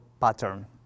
pattern